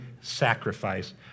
sacrifice